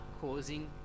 causing